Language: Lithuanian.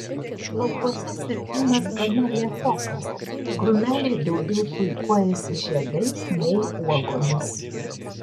laukuose sirpimas gana lėtokas krūmeliai daugiau puikuojasi žiedais nei uogomis